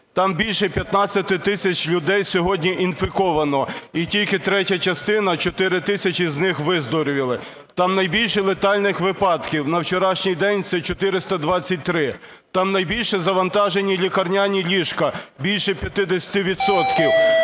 там більше 15 тисяч людей сьогодні інфіковано, і тільки третя частина, 4 тисячі, з них виздоровіли. Там найбільше летальних випадків, на вчорашній день – це 423. Там найбільше завантажені лікарняні ліжка – більше 50